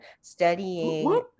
studying